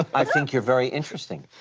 i think you're very interesting.